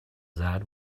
that